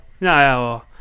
No